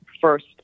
first